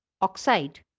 oxide